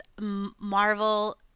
Marvel